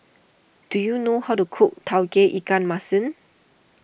do you know how to cook Tauge Ikan Masin